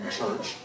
church